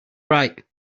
right